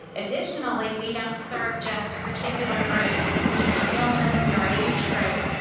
additionally, we don't serve just a particular group, particular illness or age group.